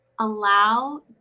allow